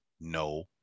no